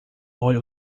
olhe